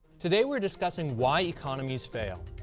today we are discussing why economies fail.